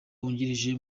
wungirije